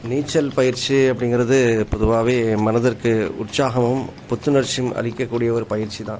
நீச்சல் பயிற்சி அப்படிங்கிறது பொதுவாகவே மனதிற்கு உற்சாகமும் புத்துணர்ச்சியும் அளிக்கக்கூடிய ஒரு பயிற்சி தான்